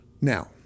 Now